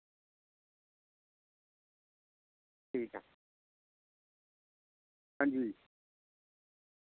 ठीक ऐ अंजी